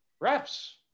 Reps